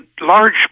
large